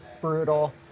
brutal